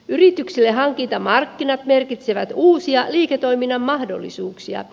yrityksille hankintamarkkinat merkitsevät uusia liiketoiminnan mahdollisuuksia